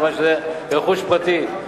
מכיוון שזה רכוש פרטי,